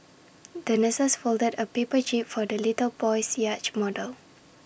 the nurses folded A paper jib for the little boy's yacht model